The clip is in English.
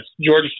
Georgia